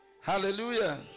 Hallelujah